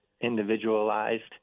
individualized